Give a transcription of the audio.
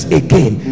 again